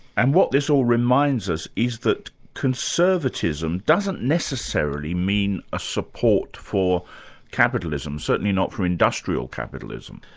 and what this all reminds us is that conservatism doesn't necessarily mean a support for capitalism. certainly not for industrial capitalism.